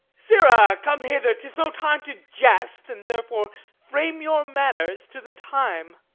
sirrah, come hither tis no time to jest, and therefore frame your manners to the time.